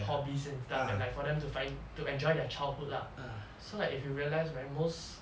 hobbies and stuff and like for them to find to enjoy their childhood lah so like if you realise right most